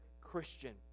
Christian